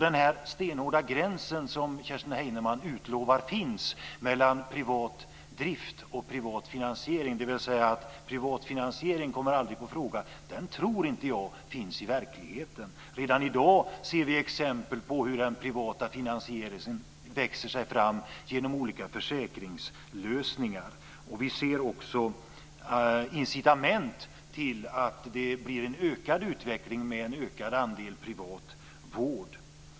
Den stenhårda gränsen som Kerstin Heinemann lovar finns mellan privat drift och privat finansiering - dvs. att privat finansiering aldrig kommer på fråga - tror jag inte finns i verkligheten. Redan i dag ser vi exempel på hur den privata finansieringen växer fram i olika försäkringslösningar. Vi ser också incitament till att det blir en ökad utveckling av andelen privat vård.